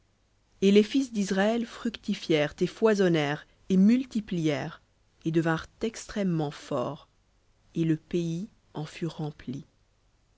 et les fils d'israël fructifièrent et foisonnèrent et multiplièrent et devinrent extrêmement forts et le pays en fut rempli